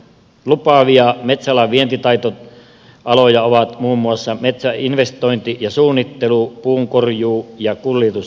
lupaavia metsäalan vientitaitoaloja ovat muun muassa metsäinvestointi ja suunnittelu puunkorjuu ja kuljetus sekä bioenergia